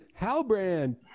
Halbrand